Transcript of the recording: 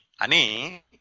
Ani